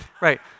Right